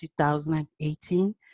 2018